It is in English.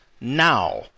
now